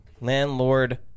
Landlord